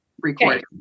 recording